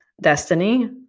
Destiny